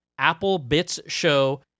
applebitsshow